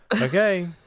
okay